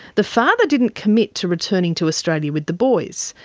the father didn't commit to returning to australia with the boys.